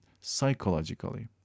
psychologically